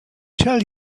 tell